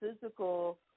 physical